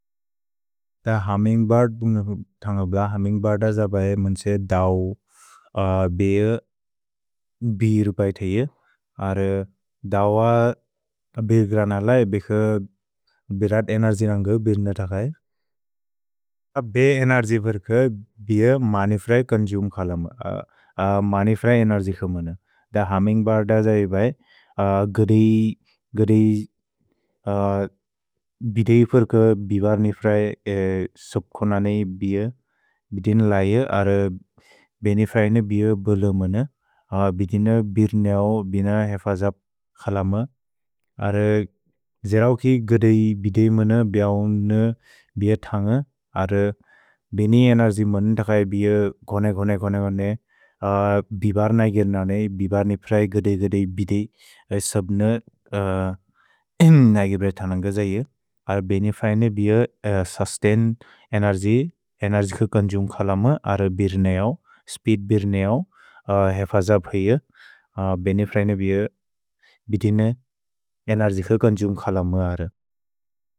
त हमिन्ग् बत् बुन् थन्गब्ल, हमिन्ग् बत् दज बए मन्से दौ बेअ बि रुपै थेइअ, अरे दौअ बेग् रनलै बेख बेरत् एनेर्जिनग बेइन थगै। त बेअ एनेर्जि फर्क बेअ मनिफ्रय कन्जुṃ खलम, मनिफ्रय एनेर्जि खमन। त हमिन्ग् बत् दज ए बए गदेइ, गदेइ बिदेइ फर्क बिवर्निफ्रय सुब्खुननै बेअ बिदिन लैअ, अरे बेनेफ्रय न बेअ बुलमन, अरे बिदिन बिर्नौ बेइन हेफजप् खलम। अरे जेरौ कि गदेइ बिदेइ मन बेअŭन बेअ थन्ग, अरे बेइन एनेर्जि मनितखय बेअ गोने कोने कोने कोने, बिवर्नगि ननेइ, बिवर्निफ्रय गदेइ गदेइ बिदेइ सब्न नगि बेअ थन्ग जैअ। अरे बेनेफ्रय न बेअ सुस्तैन् एनेर्जि, एनेर्जि ख कन्जुṃ खलम, अरे बिर्नौ, स्पीद् बिर्नौ हेफजप् भेइअ, अरे बेनेफ्रय न बेअ बिदिन एनेर्जि ख कन्जुṃ खलम, अरे।